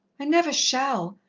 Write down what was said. i never shall.